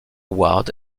ward